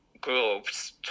groups